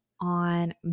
on